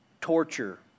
torture